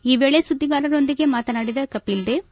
ಈ ವೇಳೆ ಸುದ್ಲಿಗಾರರೊಂದಿಗೆ ಮಾತನಾಡಿದ ಕಪಿಲ್ ದೇವ್